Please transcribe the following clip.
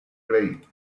grey